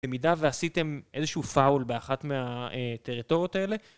במידה ועשיתם איזשהו פאול באחת מהטריטוריות האלה.